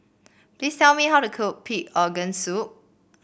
please tell me how to cook Pig Organ Soup